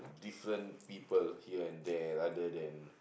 different people here and there rather than